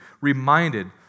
reminded